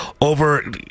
over